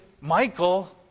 Michael